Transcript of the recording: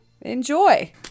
enjoy